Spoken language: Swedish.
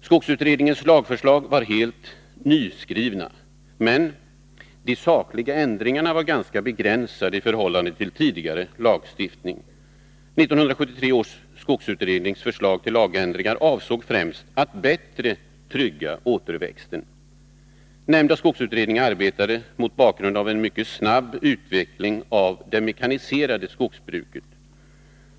Skogsutredningens lagförslag var helt nyskrivna. Men de sakliga ändringarna var ganska begränsade i förhållande till tidigare lagstiftning. 1973 års skogsutrednings förslag till lagändringar avsåg främst att bättre trygga återväxten. Nämnda skogsutredning arbetade mot bakgrund av en mycket snabb utveckling av det mekaniserade skogsbruket.